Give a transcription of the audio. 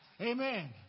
Amen